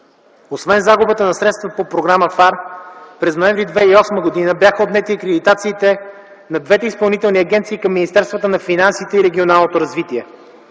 Освен загубата на средствата по Програма ФАР, през ноември 2008 г. бяха отнети акредитациите на двете изпълнителни агенции към министерствата на финансите и на регионалното развитие.